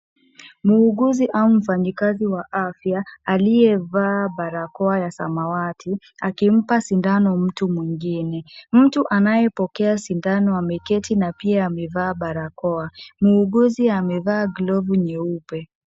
Muuguzi au mfanyikazi wa afya aliyevaa barakoa ya samawati akimpa sindano mtu mwingine. Mtu anayepokea sindano ameketi na pia amevaa barakoa. Muuguzi amevaa glovu nyeupe.